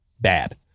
bad